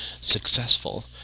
successful